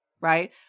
right